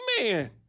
man